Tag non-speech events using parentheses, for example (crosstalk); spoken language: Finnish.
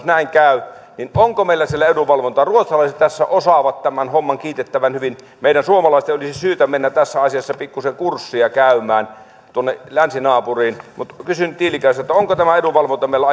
(unintelligible) näin käy onko meillä siellä edunvalvontaa ruotsalaiset tässä osaavat tämän homman kiitettävän hyvin meidän suomalaisten olisi syytä mennä tässä asiassa pikkuisen kurssia käymään tuonne länsinaapuriin mutta kysyn tiilikaiselta onko tämä edunvalvonta meillä (unintelligible)